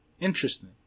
Interesting